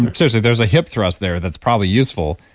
and seriously, there's a hip thrust there that's probably useful.